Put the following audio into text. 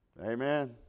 Amen